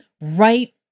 right